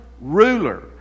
ruler